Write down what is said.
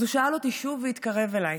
אז הוא שאל אותי שוב והתקרב אליי,